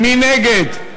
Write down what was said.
מי נגד?